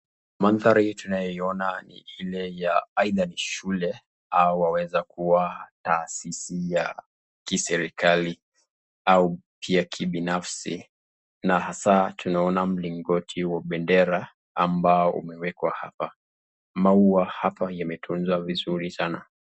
Mandhari tunayoiona ni ile ya aidha ni shule au waweza kuwa taasisi ya kiserikali au pia kibinafsi. Na hasa tunaona mlingoti wa bendera ambao umewekwa hapa. Maua hapa yametunzwa vizuri sana.